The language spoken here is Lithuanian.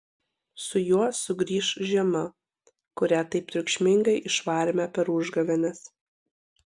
su juo sugrįš žiema kurią taip triukšmingai išvarėme per užgavėnes